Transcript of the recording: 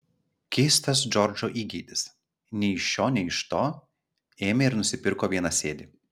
keistas džordžo įgeidis nei iš šio nei iš to ėmė ir nusipirko vienasėdį